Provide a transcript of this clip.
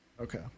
Okay